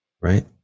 Right